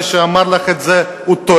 מי שאמר לך את זה טועה,